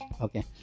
okay